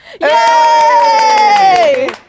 Yay